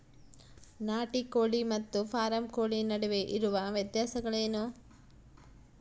ನಾಟಿ ಕೋಳಿ ಮತ್ತು ಫಾರಂ ಕೋಳಿ ನಡುವೆ ಇರುವ ವ್ಯತ್ಯಾಸಗಳೇನು?